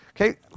Okay